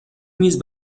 میز